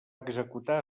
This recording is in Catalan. executar